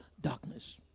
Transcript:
darkness